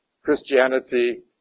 Christianity